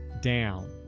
down